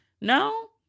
No